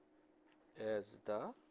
as the